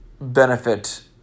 benefit